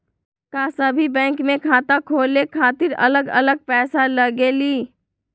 का सभी बैंक में खाता खोले खातीर अलग अलग पैसा लगेलि?